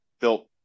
built